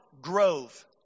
grove